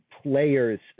Players